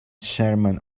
sherman